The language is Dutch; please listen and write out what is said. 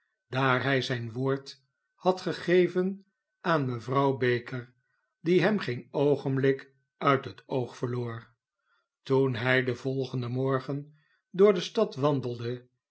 daar hij zijn woord had gegeven aan mevrouw baker die hem geen oogenblik uit het oog verloor toen hij den volgenden morgen door de stad wandelde